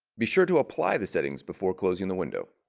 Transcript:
be sure to apply the settings before closing the window.